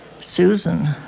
Susan